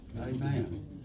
Amen